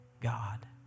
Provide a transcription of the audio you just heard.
God